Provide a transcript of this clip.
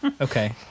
okay